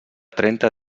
trenta